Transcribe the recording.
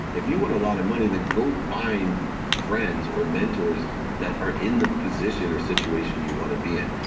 if you want a lot of money then go find friends or mentors that are in the position or situation you want to be in.